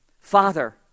Father